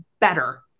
better